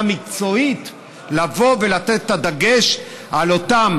מקצועית לבוא ולתת את הדגש על אותן